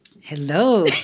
Hello